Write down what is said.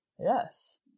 Yes